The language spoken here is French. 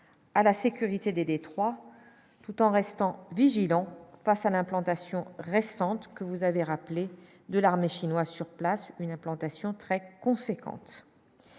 à la sécurité des Detroit, tout en restant vigilant face à l'implantation récente que vous avez rappelé de l'armée chinoise sur place une implantation très conséquente